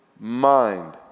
mind